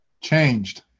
Changed